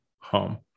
home